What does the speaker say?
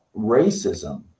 racism